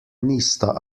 nista